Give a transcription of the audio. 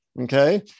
okay